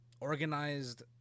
organized